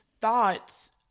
thoughts